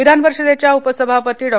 विधान परिषदेच्या उपसभापती डॉ